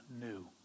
new